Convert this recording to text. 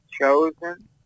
chosen